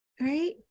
Right